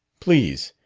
please.